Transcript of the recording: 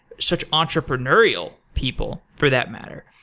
such entrepreneurial people for that matter,